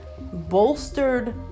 bolstered